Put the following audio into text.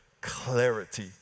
clarity